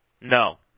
No